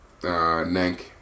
Nank